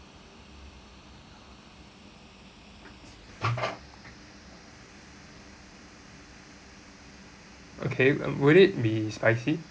okay um would it be spicy